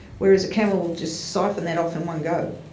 whereas a camel will just siphon that off in one go.